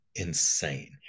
insane